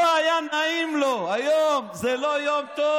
לא היה לו נעים היום זה לא יום טוב.